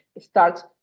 starts